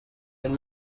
and